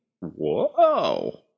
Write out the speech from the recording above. Whoa